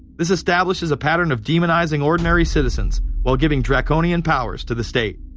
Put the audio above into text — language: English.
this establishes a pattern of demonizing ordinary citizens while giving draconian powers to the state.